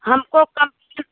हमको कम्प्लैन